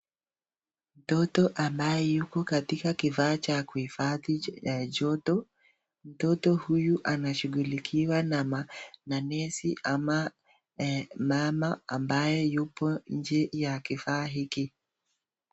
Mtoto ambaye yuko katika kifaa cha kuhifadhi joto. Mtoto huyu anashughulikiwa na nesi ama mama ambaye yupo nje ya kifaa hiki.